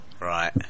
Right